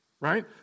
right